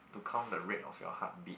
to count the rate of your heartbeat